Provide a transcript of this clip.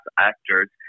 actors